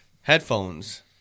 headphones